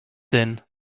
denn